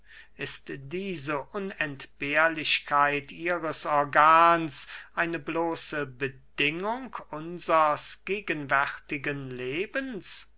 ist diese unentbehrlichkeit ihres organs eine bloße bedingung unsers gegenwärtigen lebens